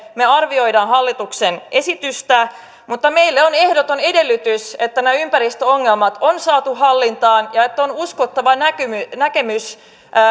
me arvioimme hallituksen esitystä mutta meille on ehdoton edellytys että ne ympäristöongelmat on saatu hallintaan ja että on uskottava näkemys